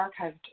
archived